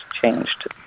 changed